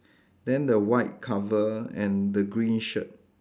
then the white cover and the green shirt